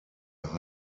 blieb